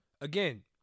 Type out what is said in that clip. Again